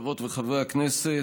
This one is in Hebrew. חברות וחברי הכנסת,